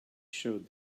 showed